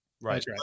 Right